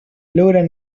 logran